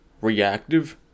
reactive